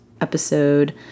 episode